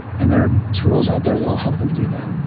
and there are tools out there that will help them do that.